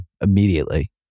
immediately